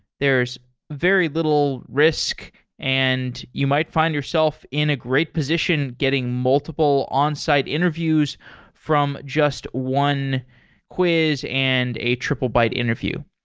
there's very little risk and you might find yourself in a great position getting multiple onsite interviews from just one quiz and a triplebyte interview.